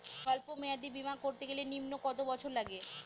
সল্প মেয়াদী বীমা করতে গেলে নিম্ন কত বছর লাগে?